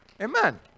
amen